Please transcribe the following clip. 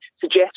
suggest